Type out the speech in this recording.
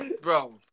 Bro